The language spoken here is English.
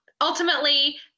ultimately